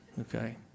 Okay